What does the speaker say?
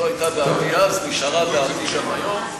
זו הייתה דעתי אז, נשארה דעתי גם היום,